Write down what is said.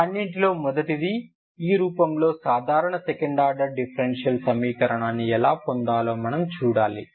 అన్నింటిలో మొదటిది ఈ రూపంలో సాధారణ సెకండ్ ఆర్డర్ డిఫరెన్షియల్ సమీకరణాన్ని ఎలా పొందాలో మనం చూడాలి